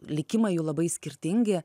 likimai jų labai skirtingi